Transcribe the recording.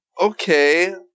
Okay